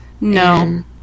No